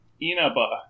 Inaba